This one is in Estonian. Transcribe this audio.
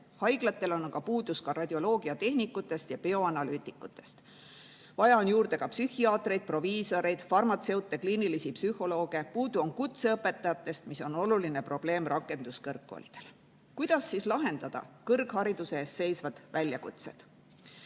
Haiglatel on aga puudus ka radioloogiatehnikutest ja bioanalüütikutest. Vaja on juurde ka psühhiaatreid, proviisoreid, farmatseute, kliinilisi psühholooge. Puudu on kutseõpetajatest, mis on oluline probleem rakenduskõrgkoolides. Kuidas siis lahendada kõrghariduse ees seisvad väljakutsed?